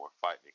fighting